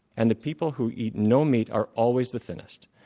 and the people who eat no meat are always the thinnest.